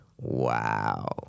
Wow